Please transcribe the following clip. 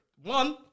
One